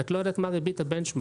את לא יודעת מה ריבית הבנצ'מרק,